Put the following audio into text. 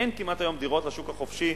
אין כמעט היום דירות בשוק החופשי,